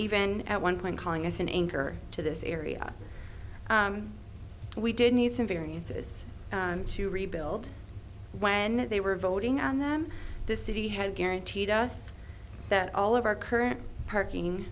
even at one point calling us an anchor to this area we did need some variances to rebuild when they were voting on them the city had guaranteed us that all of our current parking